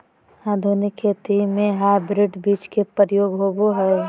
आधुनिक खेती में हाइब्रिड बीज के प्रयोग होबो हइ